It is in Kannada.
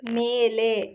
ಮೇಲೆ